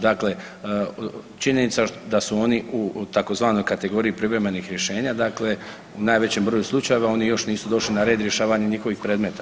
Dakle, činjenica da su oni u tzv. kategoriji privremenih rješenja dakle u najvećem broju slučajeva oni još nisu došli na red rješavanja njihovih predmeta.